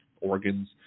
organs